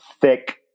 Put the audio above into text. thick